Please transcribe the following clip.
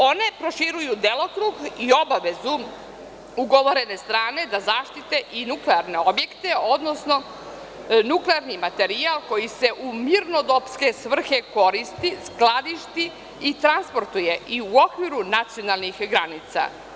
One proširuju delokrug i obavezu ugovorene strane da zaštite i nuklearne objekte, odnosno nuklearni materijal koji se u mirnodopske svrhe koristi, skladišti i transportuje i u okviru nacionalnih granica.